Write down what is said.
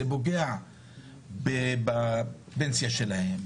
זה פוגע בפנסיה שלהם,